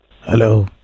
Hello